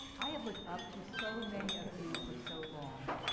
i have looked up to so many of you for so long.